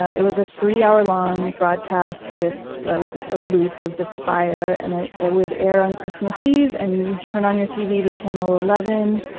it was a three-hour long broadcast with a loop of this fire, and it it would air on christmas eve, and you'd turn on your tv to channel eleven.